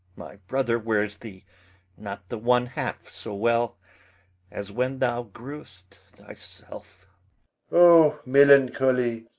my brother wears thee not the one half so well as when thou grew'st thyself o melancholy!